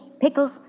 pickles